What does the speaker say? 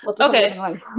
Okay